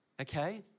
Okay